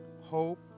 hope